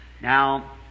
Now